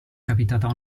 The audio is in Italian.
capitata